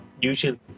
Usually